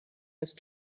ist